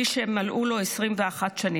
מי שמלאו לו 21 שנים,